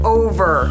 over